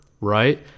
right